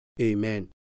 Amen